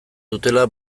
dutela